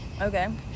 okay